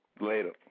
later